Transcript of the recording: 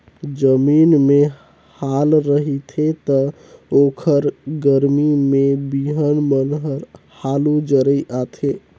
जमीन में हाल रहिथे त ओखर गरमी में बिहन मन हर हालू जरई आथे